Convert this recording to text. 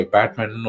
Batman